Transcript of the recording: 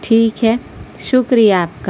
ٹھیک ہے شکریہ آپ کا